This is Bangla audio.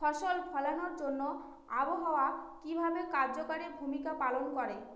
ফসল ফলানোর জন্য আবহাওয়া কিভাবে কার্যকরী ভূমিকা পালন করে?